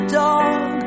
dog